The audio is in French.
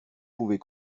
pouvez